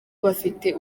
bafite